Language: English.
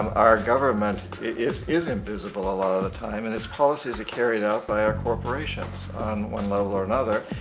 our government is is invisible a lot of the time, and his policies are carried out by our corporations on one level or another.